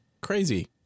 Crazy